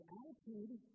attitude